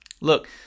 look